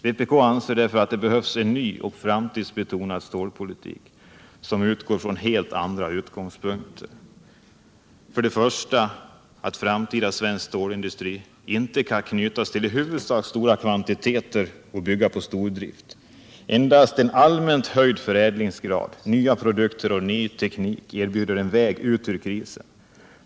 Vpk anser därför att det behövs en ny och framtidsinriktad stålpolitik, som utgår från helt andra utgångspunkter. Den första utgångspunkten är att framtida svensk stålindustri inte kan knytas till i huvudsak stora kvantiteter och bygga på stordrift. Endast en allmänt hög förädlingsgrad, nya produkter och ny teknik erbjuder en väg ut ur krisen.